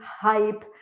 hype